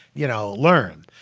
you know, learn.